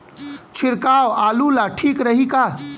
छिड़काव आलू ला ठीक रही का?